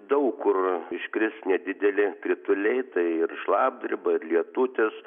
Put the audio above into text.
daug kur iškris nedideli krituliai tai ir šlapdriba ir lietutis